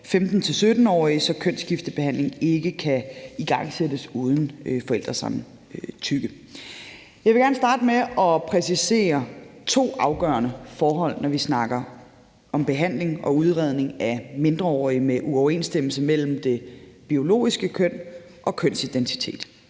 15-17-årige, så en kønsskiftebehandling ikke kan igangsættes uden forældresamtykke. Jeg vil gerne starte med at præcisere to afgørende forhold, når vi snakker om behandling og udredning af mindreårige med uoverensstemmelse mellem det biologiske køn og kønsidentiteten.